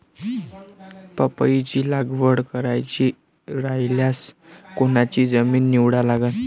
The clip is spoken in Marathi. पपईची लागवड करायची रायल्यास कोनची जमीन निवडा लागन?